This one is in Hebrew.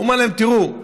הוא אמר להם: תראו,